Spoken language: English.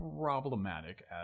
problematic